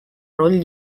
роль